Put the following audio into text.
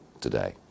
today